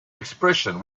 expression